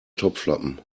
topflappen